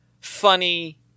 funny